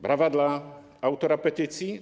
Brawa dla autora petycji.